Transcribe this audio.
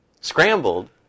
scrambled